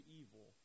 evil